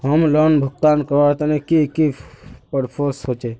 Home loan भुगतान करवार तने की की प्रोसेस होचे?